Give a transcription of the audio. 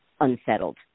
unsettled